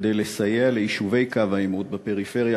כדי לסייע ליישובי קו העימות בפריפריה